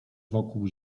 wokół